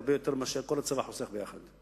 הרבה יותר מאשר כל הצבא חוסך יחד,